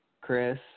Chris